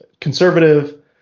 conservative